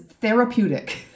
therapeutic